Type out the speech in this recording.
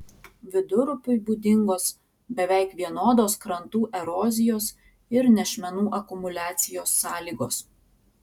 vidurupiui būdingos beveik vienodos krantų erozijos ir nešmenų akumuliacijos sąlygos